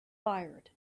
fired